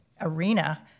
arena